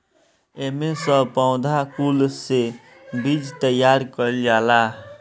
एमे सब पौधा कुल से बीज तैयार कइल जाला